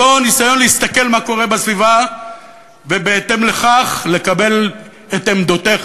אותו ניסיון להסתכל מה קורה בסביבה ובהתאם לכך לקבל את עמדותיך.